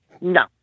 No